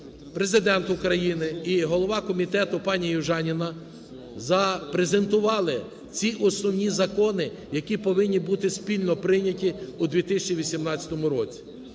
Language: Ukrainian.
Президент України і голова комітету пані Южаніна запрезентували ці основні закони, які повинні бути спільно прийняті у 2018 році.